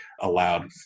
allowed